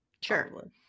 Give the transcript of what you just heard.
Sure